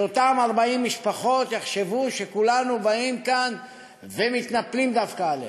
שאותן 40 משפחות יחשבו שכולנו באים כאן ומתנפלים דווקא עליהן.